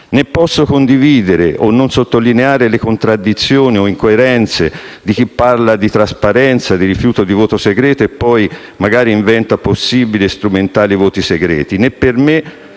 Né posso condividere o non sottolineare le contraddizioni, le incoerenze di chi parla di trasparenza, di rifiuto del voto segreto e poi magari inventa possibili e strumentali voti segreti;